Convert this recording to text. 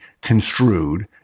construed